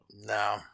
No